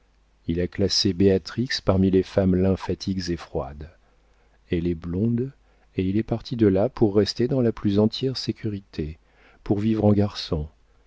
il a classé béatrix parmi les femmes lymphatiques et froides elle est blonde et il est parti de là pour rester dans la plus entière sécurité pour vivre en garçon